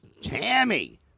Tammy